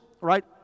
right